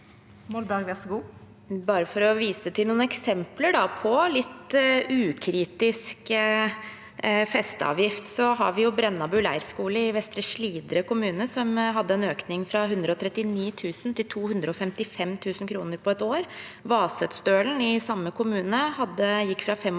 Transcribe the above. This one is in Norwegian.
Molberg (H) Bare for å vise til noen eksempler på litt ukritisk festeavgift: Vi har Brennabu leirskole i Vestre Slidre kommunene, som hadde en økning fra 139 000 kr til 255 000 kr på et år. På Vasetstølen i samme kommune gikk det fra 25 000